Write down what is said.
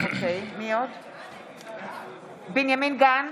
בנימין גנץ,